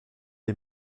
est